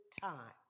time